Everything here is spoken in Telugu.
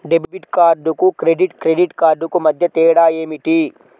డెబిట్ కార్డుకు క్రెడిట్ క్రెడిట్ కార్డుకు మధ్య తేడా ఏమిటీ?